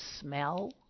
smell